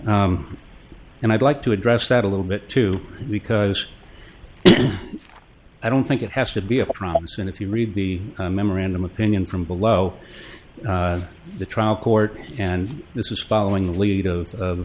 five and i'd like to address that a little bit too because i don't think it has to be a promise and if you read the memorandum opinion from below the trial court and this is following the lead of